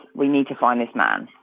we need to find this man.